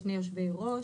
יש שני יושבי ראש.